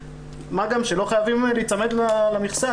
מה גם שלא חייבים להיצמד למכסה.